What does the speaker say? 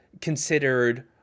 considered